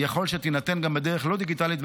יכול שתינתן גם בדרך לא דיגיטלית,